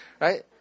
right